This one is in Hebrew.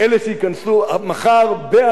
באלפים וברבבות,